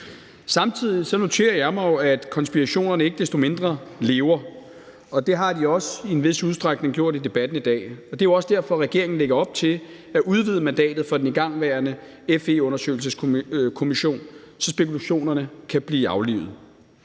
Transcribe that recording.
Samtidig noterer jeg mig jo, at konspirationerne ikke desto mindre lever, og det har de også i en vis udstrækning gjort i debatten i dag. Det er jo også derfor, regeringen lægger op til at udvide mandatet for den igangværende FE-undersøgelseskommission, så spekulationerne kan blive aflivet.